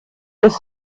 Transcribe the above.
des